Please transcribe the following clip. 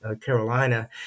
Carolina